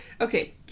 Okay